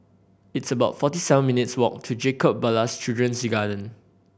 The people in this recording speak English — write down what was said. it's about forty seven minutes' walk to Jacob Ballas Children's Garden